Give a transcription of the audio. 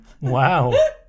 Wow